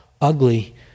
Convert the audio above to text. ugly